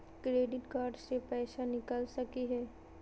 Credit card से पैसा निकल सकी हय?